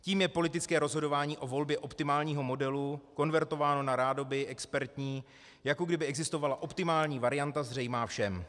Tím je politické rozhodování o volbě optimálního modelu konvertováno na rádoby expertní, jako kdyby existovala optimální varianta zřejmá všem.